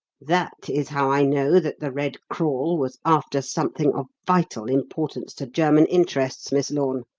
that is how i know that the red crawl was after something of vital importance to german interests, miss lorne.